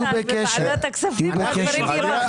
אם הם יחליטו שזה יהיה או לא יהיה.